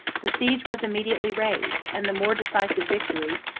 the siege was immediately raised and the more decisive victory,